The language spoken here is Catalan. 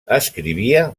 escrivia